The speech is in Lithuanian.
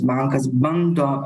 bankas bando